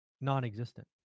non-existent